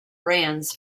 brands